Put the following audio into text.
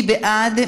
מי בעד?